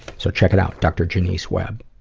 so check it out, dr. jonice webb.